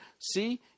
See